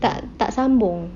tak tak sambung